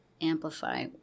amplify